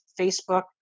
Facebook